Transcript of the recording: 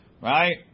Right